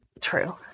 True